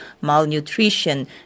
malnutrition